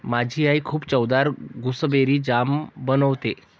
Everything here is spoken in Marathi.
माझी आई खूप चवदार गुसबेरी जाम बनवते